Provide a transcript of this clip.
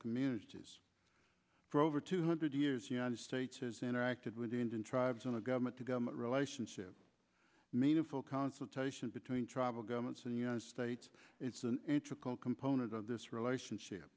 communities for over two hundred years united states has interacted with the indian tribes and the government to government relationship meaningful consultation between tribal governments and united states it's an ancient call component of this relationship